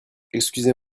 excusez